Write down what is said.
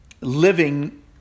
living